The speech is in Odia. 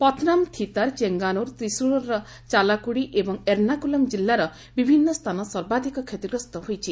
ପଥନମ୍ଥିତାର ଚେଙ୍ଗାନୁର ତ୍ରିସୁର୍ର ଚାଲାକୁଡ଼ି ଏବଂ ଏର୍ଷାକୁଲମ୍ କିଲ୍ଲାର ବିଭିନ୍ନ ସ୍ଥାନ ସର୍ବାଧିକ କ୍ଷତିଗ୍ରସ୍ତ ହୋଇଛି